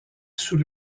sous